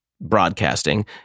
broadcasting